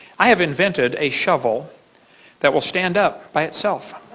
i have invented a shovel that will stand up by itself.